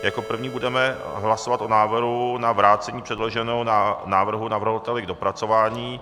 Jako první budeme hlasovat o návrhu na vrácení předloženého návrhu navrhovateli k dopracování.